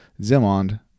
Zimond